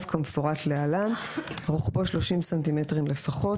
כמפורט להלן: רוחבו 30 סנטימטרים לפחות.